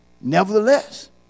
nevertheless